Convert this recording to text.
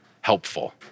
helpful